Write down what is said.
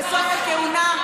ובסוף הכהונה,